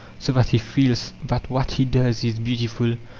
so that he feels that what he does is beautiful,